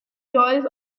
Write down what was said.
joys